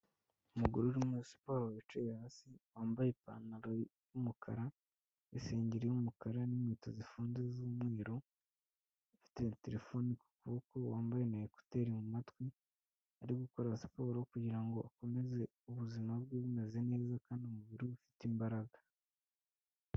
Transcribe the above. Umugore uri muri siporo wicaye hasi wambaye ipantaro y'umukara, isengeri y'umukara n'inkweto zifunze z'umweru, afite terefone ku kuboko wambaye na ekuteri mu matwi, ari gukora siporo kugirango akomeze ubuzima bwe bumeze neza kandi umubiri ube ufite imbaraga.